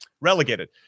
relegated